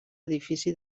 edifici